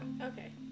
Okay